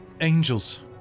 angels